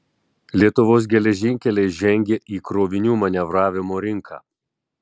lietuvos geležinkeliai žengia į krovinių manevravimo rinką